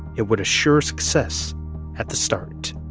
it would assure success at the start